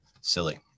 silly